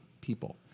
people